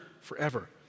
forever